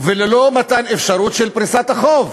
וללא מתן אפשרות לפריסת החוב.